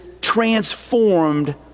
transformed